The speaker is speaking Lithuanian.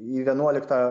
į vienuoliktą